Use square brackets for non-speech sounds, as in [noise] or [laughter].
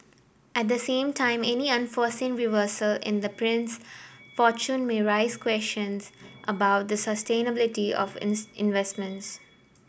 at the same time any unforeseen reversal in the prince fortune may raise questions about the sustainability of [unintelligible] investments